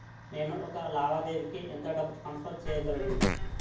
నేను ఒక లావాదేవీకి ఎంత డబ్బు ట్రాన్సఫర్ చేయగలను?